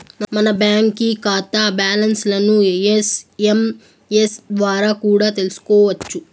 మన బాంకీ కాతా బ్యాలన్స్లను ఎస్.ఎమ్.ఎస్ ద్వారా కూడా తెల్సుకోవచ్చు